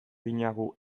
dinagu